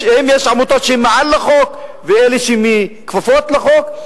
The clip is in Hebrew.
האם יש עמותות שהן מעל לחוק ואלה שהן כפופות לחוק?